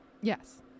Yes